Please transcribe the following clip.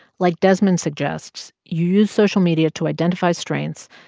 like desmond suggests, you use social media to identify strengths,